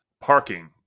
parking